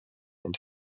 and